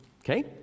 Okay